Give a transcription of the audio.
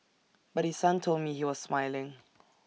but his son told me he was smiling